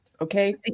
Okay